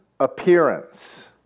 appearance